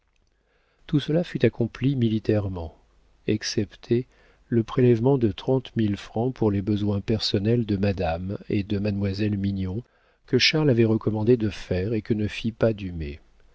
tout cela fut accompli militairement excepté le prélèvement de trente mille francs pour les besoins personnels de madame et de mademoiselle mignon que charles avait recommandé de faire et que ne fit pas dumay